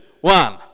one